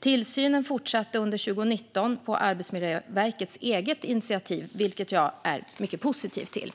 Tillsynen fortsatte under 2019 på Arbetsmiljöverkets eget initiativ, vilket jag är mycket positiv till.